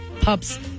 pups